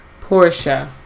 portia